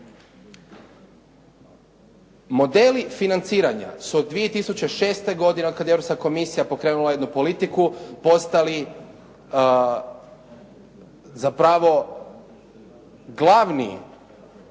Modeli financiranja su od 2006. godine otkada je europska komisija pokrenula jednu politiku postali zapravo glavni,